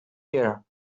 here